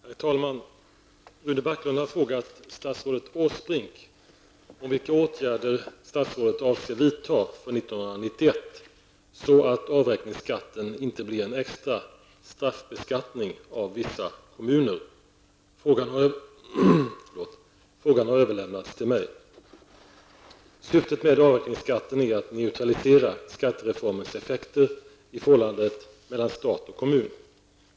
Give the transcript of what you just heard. Herr talman! Rune Backlund har frågat statsrådet Åsbrink om vilka åtgärder statsrådet avser vidta för år 1991 så att avräkningsskatten inte blir en extra straffbeskattning av vissa kommuner. Frågan har överlämnats till mig. Syftet med avräkningsskatten är att neutralisera skattereformens effekter i förhållandet mellan stat och kommun.